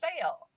fail